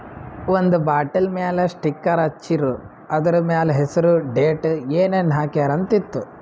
ಒಂದ್ ಬಾಟಲ್ ಮ್ಯಾಲ ಸ್ಟಿಕ್ಕರ್ ಹಚ್ಚಿರು, ಅದುರ್ ಮ್ಯಾಲ ಹೆಸರ್, ಡೇಟ್, ಏನೇನ್ ಹಾಕ್ಯಾರ ಅಂತ್ ಇತ್ತು